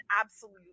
absolute